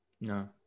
No